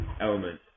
element